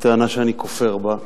היא טענה שאני כופר בה.